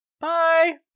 Bye